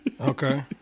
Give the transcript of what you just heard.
Okay